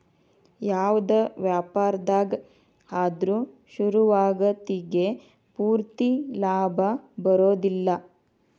ಯಾವ್ದ ವ್ಯಾಪಾರ್ದಾಗ ಆದ್ರು ಶುರುವಾತಿಗೆ ಪೂರ್ತಿ ಲಾಭಾ ಬರೊದಿಲ್ಲಾ